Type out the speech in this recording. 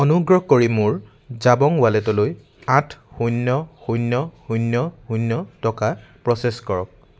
অনুগ্ৰহ কৰি মোৰ জাবং ৱালেটলৈ আঠ শূণ্য শূণ্য শূণ্য শূণ্য টকা প্ৰ'চেছ কৰক